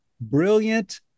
brilliant